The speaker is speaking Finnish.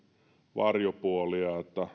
varjopuolia